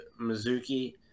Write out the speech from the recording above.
Mizuki